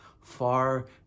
far